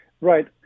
Right